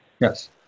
Yes